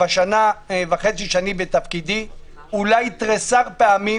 בשנה וחצי שאני בתפקידי אולי תריסר פעמים,